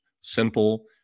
simple